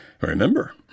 Remember